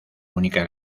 única